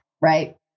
Right